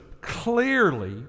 clearly